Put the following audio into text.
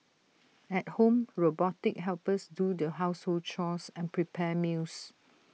at home robotic helpers do the household chores and prepare meals